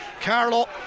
Carlo